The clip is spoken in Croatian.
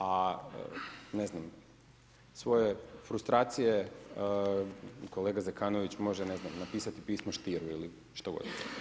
A ne znam, svoje frustracije kolega Zekanović može ne znam napisati pismo Stieru ili što god.